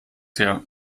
her